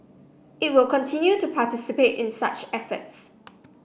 it will continue to participate in such efforts